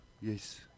Yes